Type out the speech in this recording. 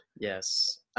Yes